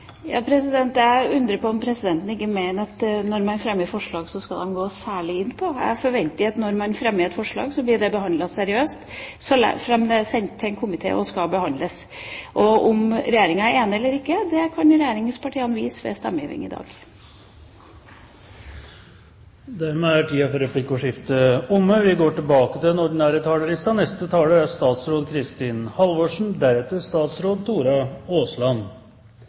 Jeg undrer på om ikke også presidenten mener at når man fremmer forslag, så er det noe man skal gå særlig inn på. Jeg forventer at når man fremmer et forslag, så blir det behandlet seriøst såfremt det er sendt til en komité og skal behandles der. Om Regjeringa er enig eller ikke, kan regjeringspartiene vise ved stemmegivningen i dag. Dermed er replikkordskiftet omme. Dette er en stortingsmelding og en stortingsdebatt om sammenhengen mellom arbeidslinja og utdanningslinja; det er